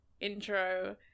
intro